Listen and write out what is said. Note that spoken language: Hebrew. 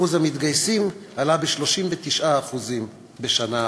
אחוז המתגייסים עלה ב-39% בשנה אחת.